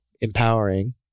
empowering